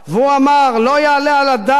והוא אמר: לא יעלה על הדעת,